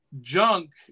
junk